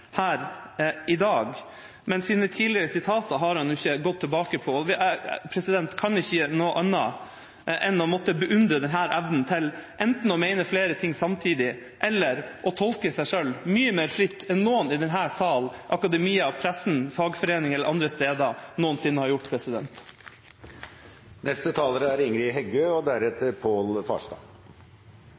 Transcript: her i dag, men sine tidligere uttalelser har han jo ikke gått tilbake på. Jeg kan ikke annet enn å måtte beundre denne evnen til enten å mene flere ting samtidig eller å tolke seg sjøl mye mer fritt enn noen i denne sal, akademia, pressen, fagforeninger eller andre noensinne har gjort. Eg vil òg koma med nokre kommentarar til nokre av innlegga her i dag. Den første er